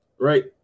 right